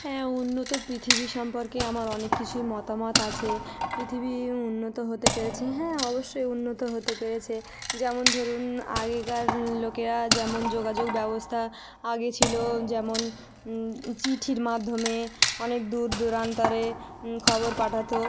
হ্যাঁ উন্নত পৃথিবী সম্পর্কে আমার অনেক কিছুই মতামত আছে পৃথিবী উন্নত হতে পেরেছে হ্যাঁ অবশ্যই উন্নত হতে পেরেছে যেমন ধরুন আগেকার লোকেরা যেমন যোগাযোগ ব্যবস্থা আগে ছিলো যেমন চিঠির মাধ্যমে অনেক দূর দূরান্তে খবর পাঠাতো